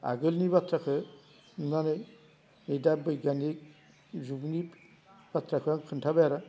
आगोलनि बाथ्राखो नुनानै नै दा बैगियानिक जुगनि बाथ्राखो आं खोन्थाबाय आरो